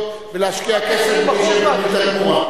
ולהשקיע כסף בלי שהם מקבלים את התמורה.